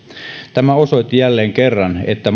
tämä osoitti jälleen kerran että